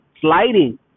sliding